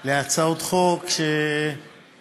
על הצעות חוק שאולי,